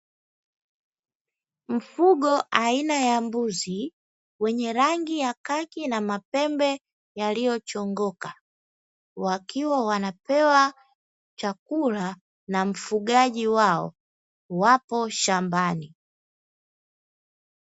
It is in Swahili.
Mfugo aina ya mbuzi wenye rangi ya kaki na mapembe yaliyochongoka, wakiwa wanapewa chakula na mfugaji wao wapo shambani.